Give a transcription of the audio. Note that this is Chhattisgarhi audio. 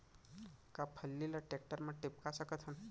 का फल्ली ल टेकटर म टिपका सकथन?